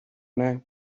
now